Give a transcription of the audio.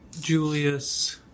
Julius